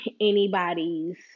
anybody's